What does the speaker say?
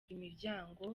imiryango